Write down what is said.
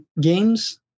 games